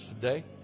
today